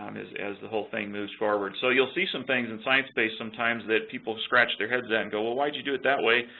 um as as the whole thing moves forward. so you'll see some things in sciencebase sometimes that people scratch their heads and go ah why'd you do it that way?